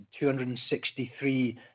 $263